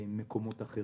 במקומות אחרים.